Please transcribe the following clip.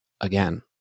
again